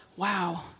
Wow